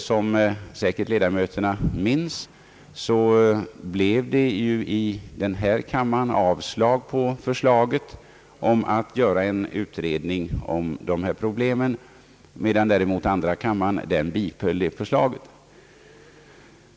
Som ledamöterna säkert minns, blev det i denna kammare avslag på för slaget om att göra en utredning av problemen, medan andra kammaren däremot biföll förslaget.